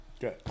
Good